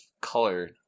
color